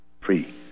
free